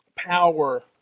power